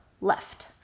left